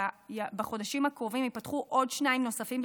ובחודשים הקרובים ייפתחו עוד שניים נוספים,